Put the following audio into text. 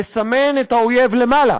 לסמן את האויב למעלה,